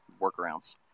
workarounds